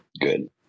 Good